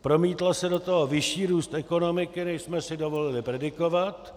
Promítl se do toho vyšší růst ekonomiky, než jsme si dovolili predikovat.